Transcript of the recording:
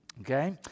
Okay